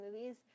movies